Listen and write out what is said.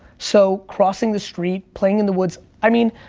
so, crossing the street, playing in the woods, i mean,